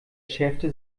schärfte